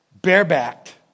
barebacked